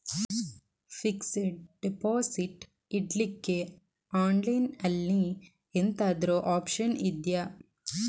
Fixed deposit ಇಡ್ಲಿಕ್ಕೆ online ಅಲ್ಲಿ ಎಂತಾದ್ರೂ ಒಪ್ಶನ್ ಇದ್ಯಾ?